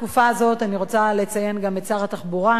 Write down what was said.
אני רוצה לציין גם את שר התחבורה שביחד